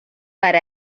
per